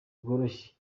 rworoshye